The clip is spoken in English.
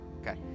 Okay